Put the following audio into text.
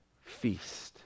feast